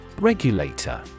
Regulator